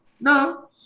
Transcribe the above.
No